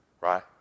right